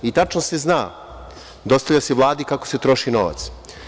I tačno se zna, dostavlja se Vladi kako se troši novac.